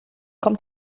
kommt